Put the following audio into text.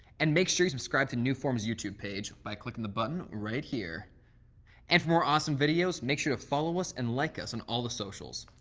and make sure you subscribe to new form's youtube page by clicking the button right here. and for more awesome videos, make sure to follow us and like us on and all the socials.